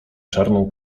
czarną